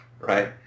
right